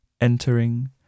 entering